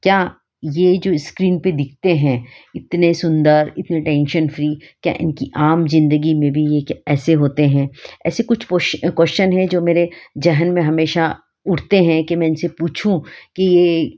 क्या यह जो स्क्रीन पर दिखते हैं इतने सुंदर इतने टेंशन फ़्री क्या इनकी आम जिंदगी में भी यह क्या ऐसे होते हैं ऐसे कुछ पोश कोश्चन हैं जो मेरे जहन में हमेशा उठते हैं कि मैं इनसे पूछूँ कि यह